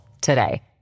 today